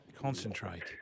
Concentrate